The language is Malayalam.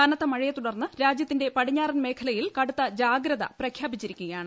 കനത്ത മഴയെ ്തുടർന്ന് രാജ്യത്തിന്റെ പടിഞ്ഞാറൻ മേഖലയിൽ കടുത്ത ജാഗ്രത്തി പ്രഖ്യാപിച്ചിരിക്കുകയാണ്